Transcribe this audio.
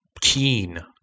keen